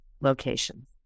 locations